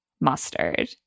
mustard